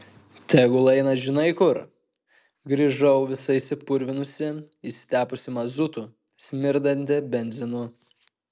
tegul eina žinai kur grįžau visa išsipurvinusi išsitepusi mazutu smirdanti benzinu